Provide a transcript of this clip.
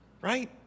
right